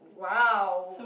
!wow!